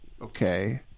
okay